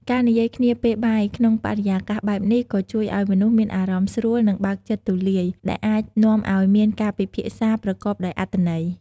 ការនិយាយគ្នាពេលបាយ ក្នុងបរិយាកាសបែបនេះ ក៏ជួយឱ្យមនុស្សមានអារម្មណ៍ស្រួល និងបើកចិត្តទូលាយ ដែលអាចនាំឱ្យមានការពិភាក្សាប្រកបដោយអត្ថន័យ។